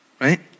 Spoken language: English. right